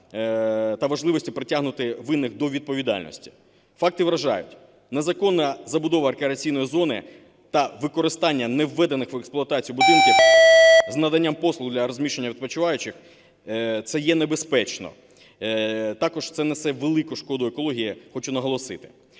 та важливості притягнути винних до відповідальності. Факти вражають. Незаконна забудова рекреаційної зони та використання не введених в експлуатацію будинків із наданням послуг для розміщення відпочиваючих, це є небезпечно. Також це несе велику шкоду екології, хочу наголосити.